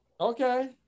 Okay